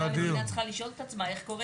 זה המדינה צריכה לשאול את עצמה איך זה קורה